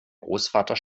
großvater